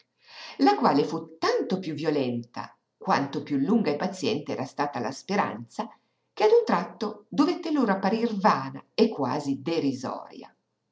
la quale fu tanto piú violenta quanto piú lunga e paziente era stata la speranza che a un tratto dovette loro apparir vana e quasi derisoria